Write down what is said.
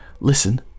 listen